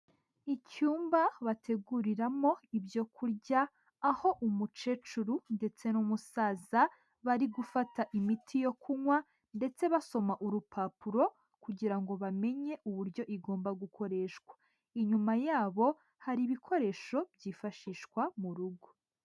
Icyumba bateguriramo ibyo kurya, aho umukecuru ndetse n'umusaza bari gufata imiti yo kunywa ndetse basoma urupapuro kugirango ngo bamenye uburyo igomba gukoreshwa, inyuma yabo hari ibikoresho byifashishwa mu rugo.